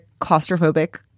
claustrophobic